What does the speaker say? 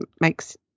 makes